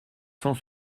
cent